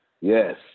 yes